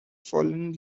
fallen